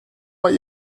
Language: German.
bei